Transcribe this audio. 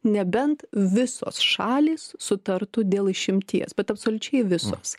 nebent visos šalys sutartų dėl išimties bet absoliučiai visos